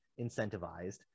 incentivized